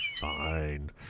Fine